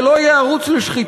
זה לא יהיה ערוץ לשחיתות,